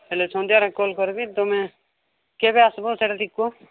ହେଲେ ସନ୍ଧ୍ୟାରେ କଲ୍ କରିବି ତମେ କେବେ ଆସିବ ସେଇଟା ଟିକେ କୁହ